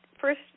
first